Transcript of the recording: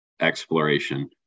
exploration